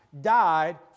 died